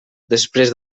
després